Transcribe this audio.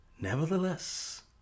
Nevertheless